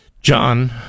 John